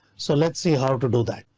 so let's see how to do that.